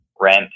rent